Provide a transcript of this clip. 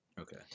okay